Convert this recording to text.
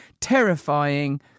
terrifying